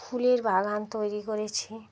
ফুলের বাগান তৈরি করেছি